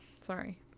Sorry